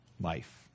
life